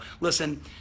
listen